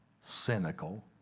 cynical